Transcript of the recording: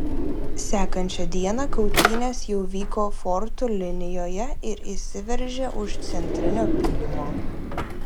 sekančią dieną kautynės jau vyko fortų linijoje ir įsiveržė už centrinio pylimo